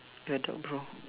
ya dark brown